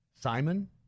Simon